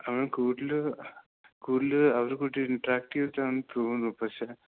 അവൻ കൂടുതൽ കൂടുതൽ അവർ കൂടെ ഇൻറ്റെറാക്റ്റ് ചെയ്തിട്ടാണെന്ന് തോന്നുന്നു പക്ഷേ